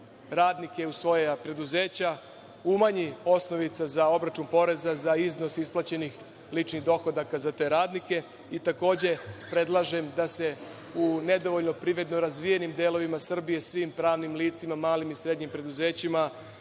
radnike u svoja preduzeća, umanji osnovica za obračun poreza za iznos isplaćenih ličnih dohodaka za te radnike. Takođe, predlažem da se u nedovoljno privredno razvijenim delovima Srbije svim pravnim licima, malim i srednjim preduzećima